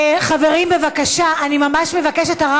חברים, בבקשה, אני ממש מבקשת.